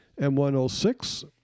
M106